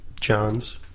John's